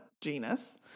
genus